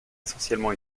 essentiellement